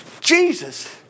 Jesus